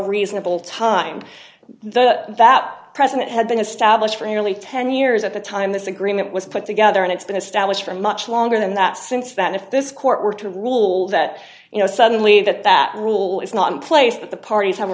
reasonable time that that president had been established for nearly ten years at the time this agreement was put together and it's been established for much longer than that since that if this court were to rule that you know suddenly that that rule is not in place that the parties have a